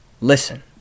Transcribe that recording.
Listen